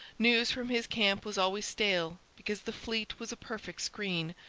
news from his camp was always stale, because the fleet was a perfect screen,